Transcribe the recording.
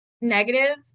negative